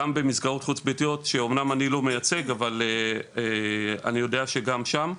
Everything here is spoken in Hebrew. במסגרות חוץ ביתיות שאמנם אני לא מייצג אבל אני יודע שגם שם.